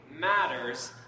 matters